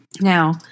Now